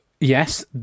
Yes